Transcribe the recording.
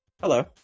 Hello